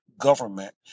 government